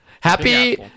Happy